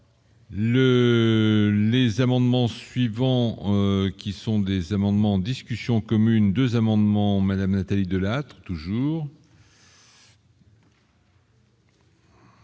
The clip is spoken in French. les amendements suivants, qui sont des amendements, discussions communes 2 amendements Madame Nathalie Delattre toujours.